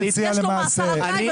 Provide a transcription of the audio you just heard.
יש לו מאסר על תנאי,